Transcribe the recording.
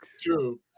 True